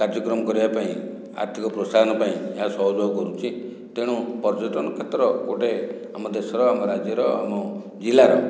କାର୍ଯ୍ୟକ୍ରମ କରିବା ପାଇଁ ଆର୍ଥିକ ପ୍ରୋତ୍ସାହନ ପାଇଁ ଏହା ସହଯୋଗ କରୁଛି ତେଣୁ ପର୍ଯ୍ୟଟନ କ୍ଷେତ୍ର ଗୋଟିଏ ଆମ ଦେଶର ଆମ ରାଜ୍ୟର ଆମ ଜିଲ୍ଲାର